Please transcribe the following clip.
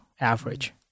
average